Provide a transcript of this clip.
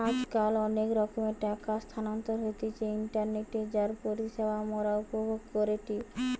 আজকাল অনেক রকমের টাকা স্থানান্তর হতিছে ইন্টারনেটে যার পরিষেবা মোরা উপভোগ করিটি